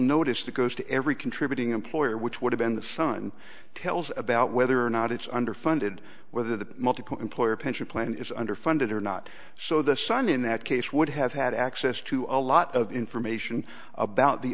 notice that goes to every contributing employer which would have been the son tells about whether or not it's underfunded whether the multiple employer pension plan is under funded or not so the son in that case would have had access to a lot of information about the